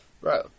Right